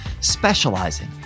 specializing